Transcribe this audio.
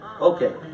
Okay